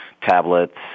tablets